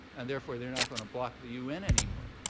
and therefore, they're not going to block the un anymore.